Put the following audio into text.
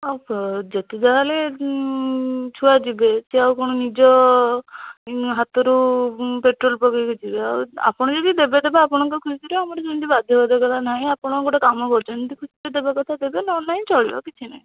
ଯେତେ ଯାହାହେଲେ ଛୁଆ ଯିବେ ସେ ଆଉ କ'ଣ ନିଜ ହାତରୁ ପେଟ୍ରୋଲ ପକେଇକି ଯିବେ ଆଉ ଆପଣ ଯଦି ଦେବେ ଦେବେ ଆପଣଙ୍କ ଖୁସିରେ ଆମର ସେମିତି ବାଧ୍ୟ ବାଧକତା ନାହିଁ ଆପଣ ଗୋଟେ କାମ କରୁଚନ୍ତି ଖୁସିରେ ଦେବାକଥା ଦେବେ ନହେଲେ ନାହିଁ ଚଳିବ କିଛି ନାହିଁ